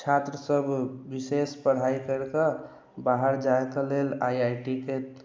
छात्र सभ विशेष पढ़ाइ करिके बाहर जाइके लेल आइ आइ टी के